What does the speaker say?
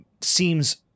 seems